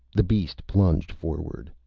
the beast plunged forward.